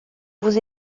vous